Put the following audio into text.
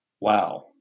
Wow